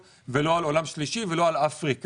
ולא על עולם שלישי ולא על אפריקה.